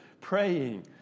Praying